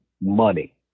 money